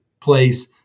place